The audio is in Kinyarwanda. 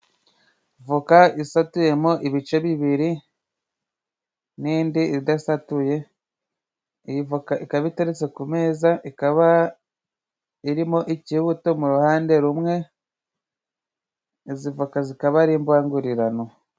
Voka isatuyemo ibice bibiri ,n'indi idasatuye, iyi voka ikaba iteretse ku meza ikaba irimo ikibuto mu ruhande rumwe, izi voka zikaba ari imbangurirano.